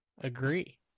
agree